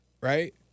right